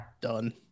Done